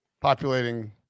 populating